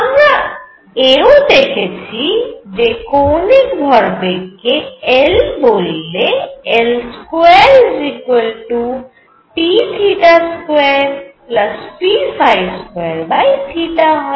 আমরা এও যে কৌণিক ভরবেগ কে L বললে L2p2p2 হয়